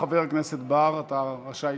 חבר הכנסת בר, אתה רשאי